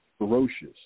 ferocious